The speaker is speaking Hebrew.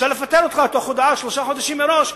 אפשר לפטר אותך בהודעה של שלושה חודשים מראש,